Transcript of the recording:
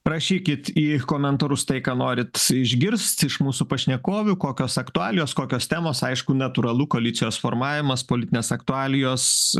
prašykit į komentarus tai ką norit išgirst iš mūsų pašnekovių kokios aktualijos kokios temos aišku natūralu koalicijos formavimas politinės aktualijos